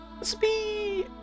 speed